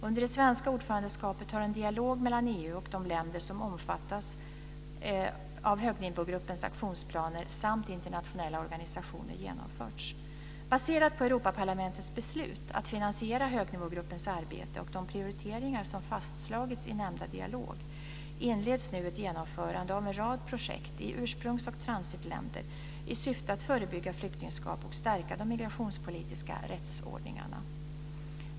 Under det svenska ordförandeskapet har en dialog mellan EU och de länder som omfattas av högnivågruppens aktionsplaner samt internationella organisationer genomförts. Baserat på Europaparlamentets beslut att finansiera högnivågruppens arbete och de prioriteringar som fastslagits i nämnda dialog inleds nu ett genomförande av en rad projekt i ursprungs och transitländer i syfte att förebygga flyktingskap och stärka de migrationspolitiska rättsordningarna.